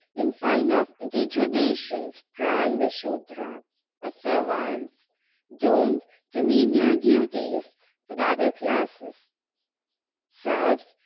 in sign of degradation, sprang the sudra, or serviles, doomed to menial duties for the other classes serfs,